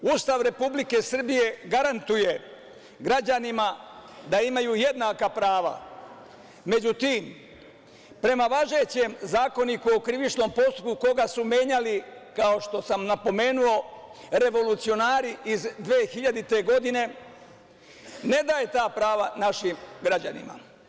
Ustav Republike Srbije garantuje građanima da imaju jednaka prava, međutim, prema važećem Zakoniku o krivičnom postupku koga su menjali kao što sam napomenuo, revolucionari iz 2000. godine, ne daje ta prava našim građanima.